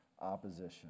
opposition